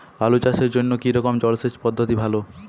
আলু চাষের জন্য কী রকম জলসেচ পদ্ধতি ভালো?